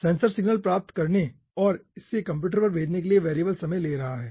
sensor signal प्राप्त करने और इसे कंप्यूटर पर भेजने के लिए वेरिएबल समय ले रहा है